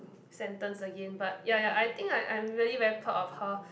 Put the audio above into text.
sentence again but ya ya I think I I'm really proud of her